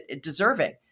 deserving